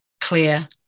clear